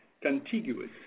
contiguous